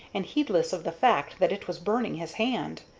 and heedless of the fact that it was burning his hand.